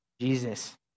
Jesus